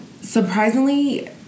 surprisingly